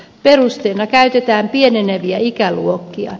perusteena käytetään pieneneviä ikäluokkia